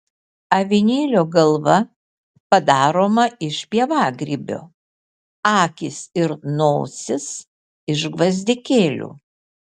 avinėlio galva padaroma iš pievagrybio akys ir nosis iš gvazdikėlių